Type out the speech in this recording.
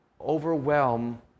overwhelm